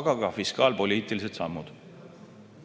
aga ka fiskaalpoliitilised sammud